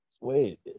Wait